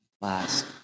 last